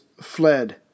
fled